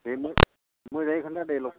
बेनो मोजाङै खिन्था दे लकेसना